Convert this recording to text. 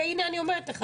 הינה, אני אומרת לך